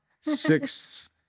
Six